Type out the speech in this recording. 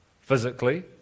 physically